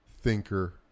thinker